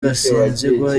gasinzigwa